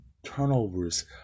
turnovers